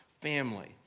family